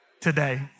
today